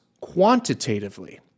quantitatively